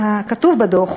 כתוב בדוח,